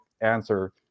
answer